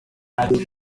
ibi